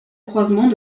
croisement